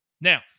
Now